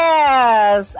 Yes